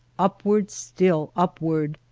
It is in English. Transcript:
upward still upward,